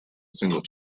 single